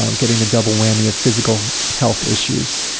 um getting the double whammy of physical health issues.